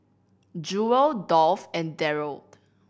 Jewel Dolph and Darold